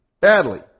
badly